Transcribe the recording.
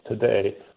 today